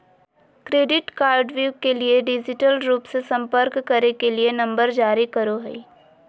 credit कार्डव्यू के लिए डिजिटल रूप से संपर्क करे के लिए नंबर जारी करो हइ